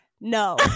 no